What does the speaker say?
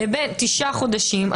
תשעה חודשים,